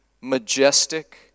majestic